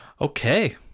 Okay